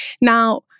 Now